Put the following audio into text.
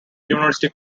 university